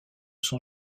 son